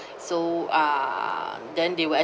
so uh then they will